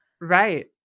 Right